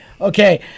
Okay